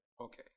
Okay